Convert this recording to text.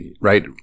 right